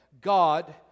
God